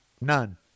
None